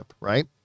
right